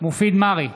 מופיד מרעי,